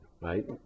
right